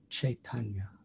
Chaitanya